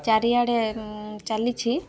ଚାରିଆଡ଼େ ଚାଲିଛି